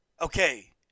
Okay